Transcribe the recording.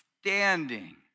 standing